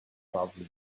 probably